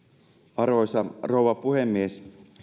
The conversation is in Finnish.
arvoisa rouva puhemies